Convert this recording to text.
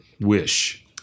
wish